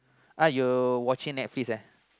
!huh! you watching Netflix eh